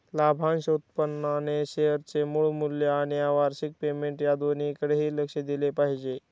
लाभांश उत्पन्नाने शेअरचे मूळ मूल्य आणि वार्षिक पेमेंट या दोन्हीकडे लक्ष दिले पाहिजे